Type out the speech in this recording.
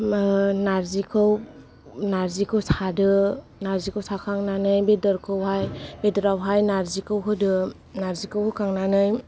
नार्जिखौ नार्जिखौ सादो नार्जिखौ साखांनानै बेदरखौहाय नार्जिआव होदो नार्जिखौ होखांनानै